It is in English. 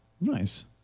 Nice